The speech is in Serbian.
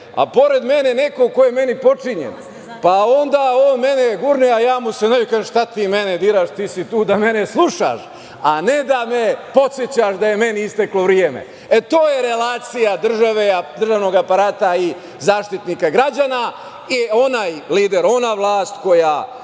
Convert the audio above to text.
a pored mene neko ko je meni potčinjen, pa onda on mene gurne, a ja mu se naljutim i kažem - šta ti mene diraš, ti si tu da mene slušaš a ne da me podsećaš da je meni isteklo vreme. E, to je relacija države, državnog aparata i Zaštitnika građana i onaj lider, ona vlast koja